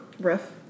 Rough